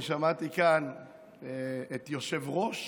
אני שמעתי כאן את יושב-ראש